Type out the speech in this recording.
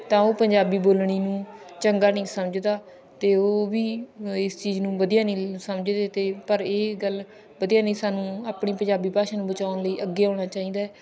ਤਾਂ ਉਹ ਪੰਜਾਬੀ ਬੋਲਣ ਨੂੰ ਚੰਗਾ ਨਹੀਂ ਸਮਝਦਾ ਅਤੇ ਉਹ ਵੀ ਇਸ ਚੀਜ਼ ਨੂੰ ਵਧੀਆ ਨਹੀਂ ਸਮਝਦੇ ਅਤੇ ਪਰ ਇਹ ਗੱਲ ਵਧੀਆ ਨਹੀਂ ਸਾਨੂੰ ਆਪਣੀ ਪੰਜਾਬੀ ਭਾਸ਼ਾ ਨੂੰ ਬਚਾਉਣ ਲਈ ਅੱਗੇ ਆਉਣਾ ਚਾਹੀਦਾ ਹੈ